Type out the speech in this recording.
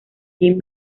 jim